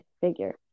figure